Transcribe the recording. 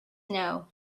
know